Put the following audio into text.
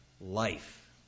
life